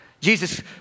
Jesus